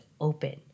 open